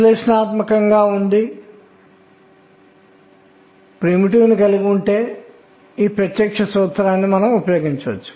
ప్రయోగాత్మకంగా గమనించిన దానికి ఇది విరుద్ధం